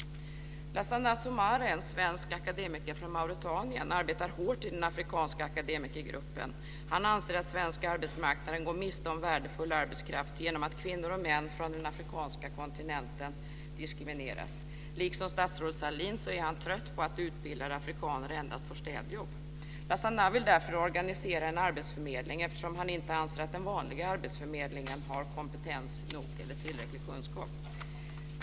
Lasana Soumare, en svensk akademiker från Mauretanien, arbetar hårt i den afrikanska akademikergruppen. Han anser att svensk arbetsmarknad går miste om värdefull arbetskraft genom att kvinnor och män från den afrikanska kontinenten diskrimineras. Liksom statsrådet Sahlin är han trött på att utbildade afrikaner endast får städjobb. Lasana Soumare vill därför organisera en arbetsförmedling, eftersom han inte anser att den vanliga arbetsförmedlingen har kompetens nog eller tillräcklig kunskap.